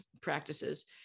practices